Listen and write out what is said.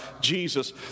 Jesus